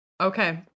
Okay